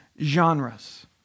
genres